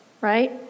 right